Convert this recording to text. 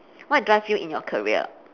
what drive you in your career